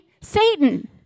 Satan